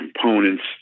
components